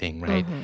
right